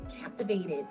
captivated